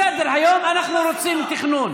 בסדר, היום אנחנו רוצים תכנון.